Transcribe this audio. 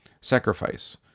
sacrifice